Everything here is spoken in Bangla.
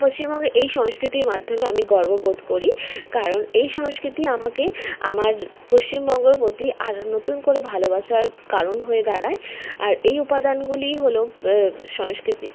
পশ্চিমবঙ্গে এই সংস্কৃতির মাধ্যমে আমি গর্ববোধ করি কারণ এই সংস্কৃতি আমাকে আমার পশ্চিমবঙ্গর প্রতি আরও নতুন করে ভালোবাসার কারণ হয়ে দাঁড়ায় আর এই উপাদানগুলি হল পো সংস্কৃতির